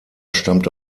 stammte